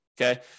okay